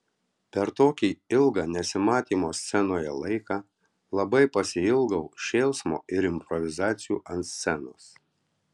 per tokį ilgą nesimatymo scenoje laiką labai pasiilgau šėlsmo ir improvizacijų ant scenos